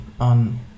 on